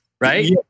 right